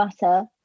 butter